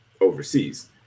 overseas